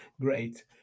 Great